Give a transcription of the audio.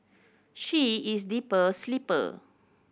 she is a deep sleeper